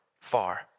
far